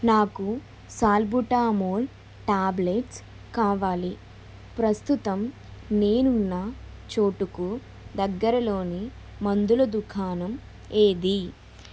నాకు salbutamol tablets కావాలి ప్రస్తుతం నేనున్న చోటుకు దగ్గరలోని మందుల దుకాణం ఏది